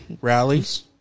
rallies